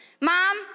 Mom